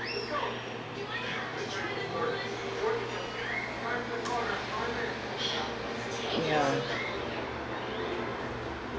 ya